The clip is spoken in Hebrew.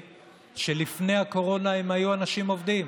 שלפני הקורונה הם היו אנשים עובדים.